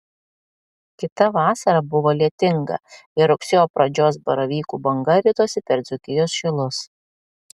kita vasara buvo lietinga ir rugsėjo pradžios baravykų banga ritosi per dzūkijos šilus